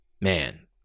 man